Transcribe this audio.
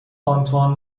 آنتوان